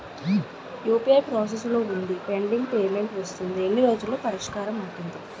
UPI process లో వుంది pending payment వస్తుంది ఎన్ని రోజుల్లో పరిష్కారం అవుతుంది